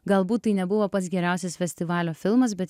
galbūt tai nebuvo pats geriausias festivalio filmas bet